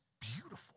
beautiful